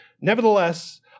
nevertheless